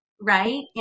right